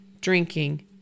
drinking